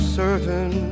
certain